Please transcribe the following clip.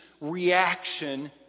reaction